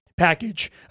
package